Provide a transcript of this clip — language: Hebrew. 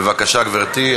בבקשה, גברתי.